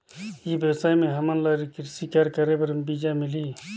ई व्यवसाय म हामन ला कृषि कार्य करे बर बीजा मिलही?